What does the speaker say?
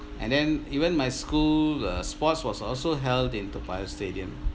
and then even my school uh sports was also held in toa payoh stadium